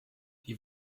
die